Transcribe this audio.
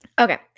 Okay